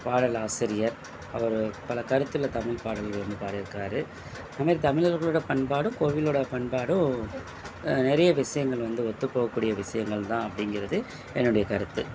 பாடல் ஆசிரியர் அவர் பல கருத்துள்ள தமிழ் பாடல்கள் வந்து பாடியிருக்காரு அது மாரி தமிழர்களோட பண்பாடும் கோவிலோட பண்பாடும் நிறைய விஷயங்கள் வந்து ஒத்து போகக்கூடிய விஷயங்கள் தான் அப்படிங்கிறது என்னுடைய கருத்து